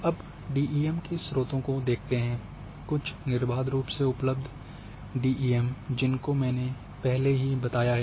अब डीईएम के स्रोतों को देखते हैं कुछ निर्बाध रूप से उपलब्ध डीईएम जिनको मैंने पहले ही बताया है